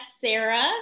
Sarah